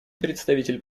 представитель